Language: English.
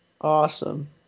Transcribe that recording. awesome